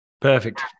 perfect